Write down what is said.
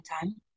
time